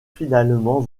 finalement